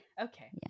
okay